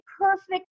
perfect